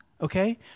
Okay